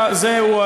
שזהו,